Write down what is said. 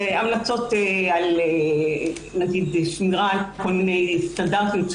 והמלצות על שמירת כל מיני סטנדרטים,